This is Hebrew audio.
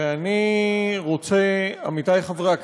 ואני רוצה, עמיתי חברי הכנסת,